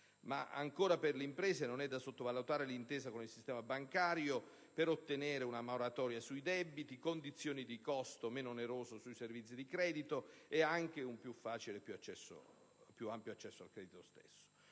Inoltre, per le imprese non è da sottovalutare l'intesa con il sistema bancario per ottenere una moratoria sui debiti, condizioni di costo meno onerose sui servizi di credito ed anche un più facile e più ampio accesso al credito stesso.